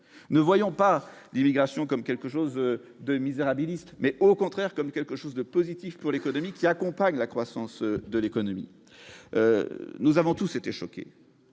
ne voyant pas d'immigration comme quelque chose de misérabilisme, mais au contraire comme quelque chose de positif pour l'économie qui accompagne la croissance de l'économie, nous avons tous été choqués